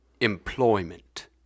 Employment